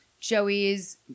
Joey's